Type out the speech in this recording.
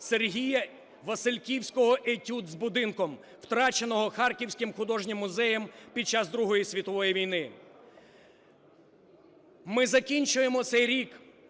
Сергія Васильківського "Етюд з будинком", втраченого Харківським художнім музеєм під час Другої світової війни. Ми закінчуємо цей рік